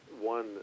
one